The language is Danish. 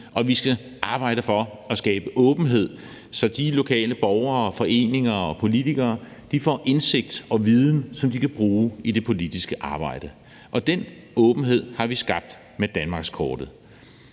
vi skal arbejde for at skabe åbenhed, så de lokale borgere, foreninger og politikere får indsigt og viden, som de kan bruge i det politiske arbejde. Den åbenhed har vi skabt med danmarkskortet.